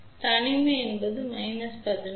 தனிமை என்பது ஒரு 16 டி